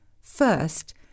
First